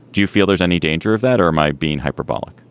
do you feel there's any danger of that or am i being hyperbolic?